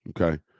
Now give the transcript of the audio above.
okay